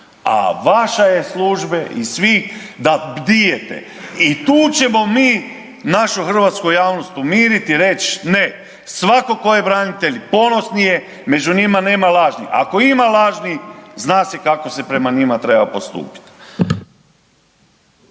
a vaša je službe i svi da bdijete i tu ćemo mi našu hrvatsku javnost umirit i reć, ne, svako tko je branitelj ponosni je, među njima nema lažni, ako ima lažni zna se kako se prema njima treba postupit.